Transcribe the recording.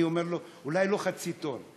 אני אומר לו: אולי לא חצי טונה?